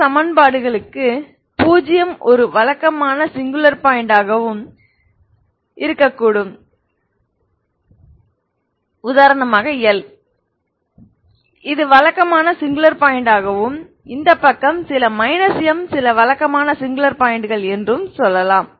சில சமன்பாடுகளுக்கு பூஜ்ஜியம் ஒரு வழக்கமான சிங்குலர் பாயிண்ட் ஆகவும் சில இருக்கக்கூடும் L இது வழக்கமான சிங்குலர் பாயிண்ட் ஆகவும் இந்த பக்கம் சில M சில வழக்கமான சிங்குலர் பாயிண்ட்கள் என்றும் சொல்லலாம்